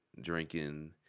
drinking